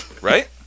Right